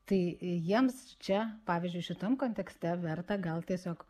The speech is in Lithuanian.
tai jiems čia pavyzdžiui šitam kontekste verta gal tiesiog